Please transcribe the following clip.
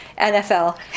NFL